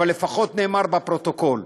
אבל לפחות נאמר לפרוטוקול: